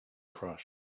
crush